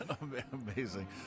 Amazing